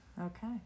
okay